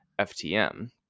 FTM